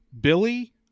Billy